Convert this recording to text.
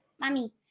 Mommy